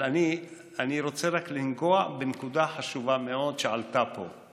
אני רוצה רק לגעת בנקודה חשובה מאוד שעלתה פה.